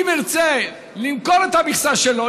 אם ירצה למכור את המכסה שלו,